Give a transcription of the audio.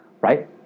Right